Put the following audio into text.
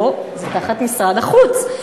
לא, זה תחת משרד החוץ.